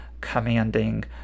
commanding